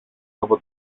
από